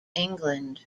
england